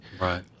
Right